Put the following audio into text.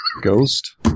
Ghost